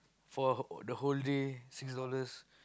for the whole day six dollars